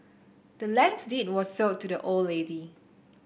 the land's deed was sold to the old lady